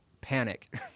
panic